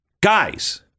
guys